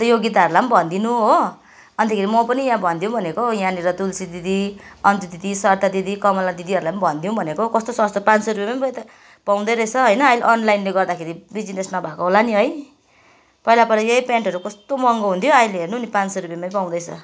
अन्त योगिताहरलाई पनि भनिदिनु हो अन्तखेरि म पनि यहाँ भनिदिउँ भनेको यहाँनिर तुलसी दिदी अन्तु दिदी सरता दिदी कमला दिदीहरलाई पनि भनिदिउँ भनेको कस्तो सस्तो पाँच सौ रुपियाँमा पो त पाउँदो रहेछ होइन अनलाइनले गर्दाखेरि बिजिनेस नभएको होला नि है पहिला पहिला यही प्यान्टहरू कस्तो महँगो हुन्थ्यो अहिले हेर्नु नि पाँच सौ रुपियाँमै पाउँदैछ